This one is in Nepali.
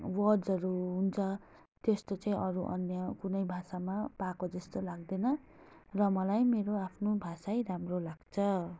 वर्ड्सहरू हुन्छ त्यस्तो चाहिँ अरू अन्य कुनै भाषामा पाएको जस्तो लाग्दैन र मलाई मेरो आफ्नो भाषै राम्रो लाग्छ